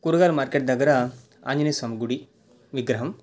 కూరగాయల మార్కెట్ దగ్గర ఆంజనేయస్వామి గుడి విగ్రహం